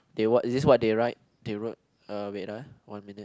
they what is it what they write they wrote wait uh one minute